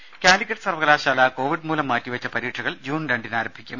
രുഭ കാലിക്കറ്റ് സർവകലാശാല കോവിഡ് മൂലം മാറ്റിവെച്ച പരീക്ഷകൾ ജൂൺ രണ്ടിന് ആരംഭിക്കും